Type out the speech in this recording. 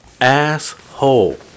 Asshole